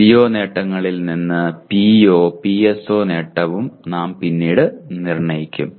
CO നേട്ടങ്ങളിൽ നിന്ന് PO PSO നേട്ടവും നാം പിന്നീട് നിർണ്ണയിക്കും